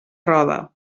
roda